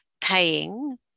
paying